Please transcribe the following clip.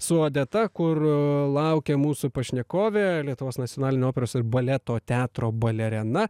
su odeta kur laukia mūsų pašnekovė lietuvos nacionalinio operos ir baleto teatro balerena